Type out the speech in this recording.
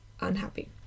unhappy